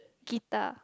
guitar